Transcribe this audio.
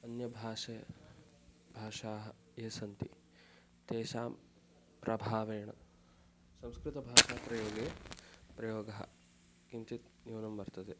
अन्यभाषाः भाषाः ये सन्ति तेषां प्रभावेण संस्कृतभाषाप्रयोगे प्रयोगः किञ्चित् न्यूनं वर्तते